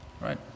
Right